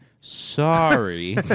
sorry